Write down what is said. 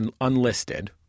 Unlisted